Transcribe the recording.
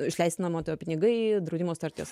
išleisti nuomotojo pinigai draudimo sutarties